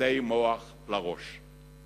ותאי מוח לראש.